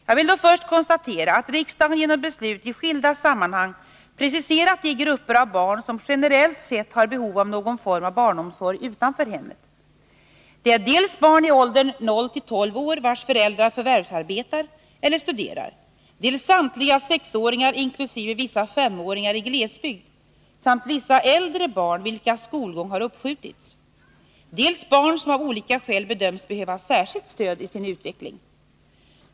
Jag vill då först konstatera att riksdagen genom beslut i skilda sammanhang preciserat de grupper av barn som generellt sett har behov av någon form av barnomsorg utanför hemmet. Det är dels barn i åldern 0-12 år vars föräldrar förvärvsarbetar eller studerar, dels samtliga sexåringar inkl. vissa femåringar i glesbygd samt vissa äldre barn vilkas skolgång har uppskjutits, dels barn som av olika skäl bedöms behöva särskilt stöd i sin utveckling.